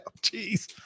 Jeez